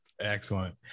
Excellent